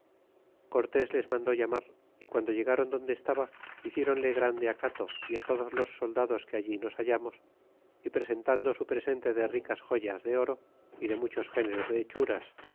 les mandó llamar y guando llegaron donde estaba hiciéronle grande acato y todos los soldado que allí nos hallamos y presentando su presente de ricas joyas de oro y de muchos géneros de hechuras